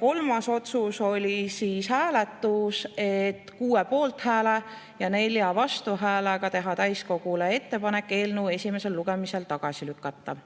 Kolmas otsus oli hääletus: 6 poolthääle ja 4 vastuhäälega tehakse täiskogule ettepanek eelnõu esimesel lugemisel tagasi lükata.